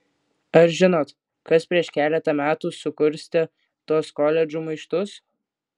ar žinot kas prieš keletą metų sukurstė tuos koledžų maištus